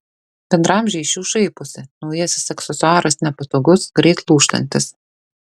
bendraamžiai iš jų šaiposi naujasis aksesuaras nepatogus greit lūžtantis